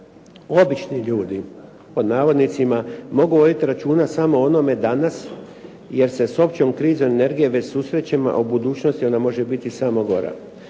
"Obični ljudi" mogu voditi računa samo o onome danas jer se s općom krizom energije već susrećemo a u budućnosti ona može biti samo gora.